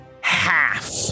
half